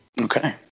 Okay